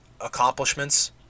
accomplishments